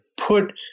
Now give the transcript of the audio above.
put